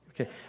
Okay